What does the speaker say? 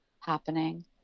happening